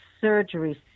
surgery